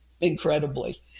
incredibly